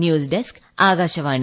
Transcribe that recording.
news desk Akashvani